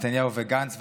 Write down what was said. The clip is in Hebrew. נתניהו וגנץ,